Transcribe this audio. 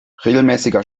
regelmäßiger